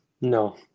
No